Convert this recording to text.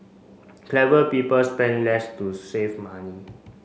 clever people spend less to save money